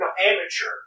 amateur